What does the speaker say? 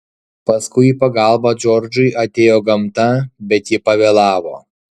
paskui į pagalbą džordžui atėjo gamta bet ji pavėlavo